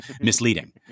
misleading